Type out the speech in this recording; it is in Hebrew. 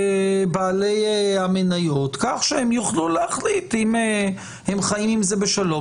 לבעלי המניות כך שהם יוכלו להחליט אם הם חיים עם זה בשלום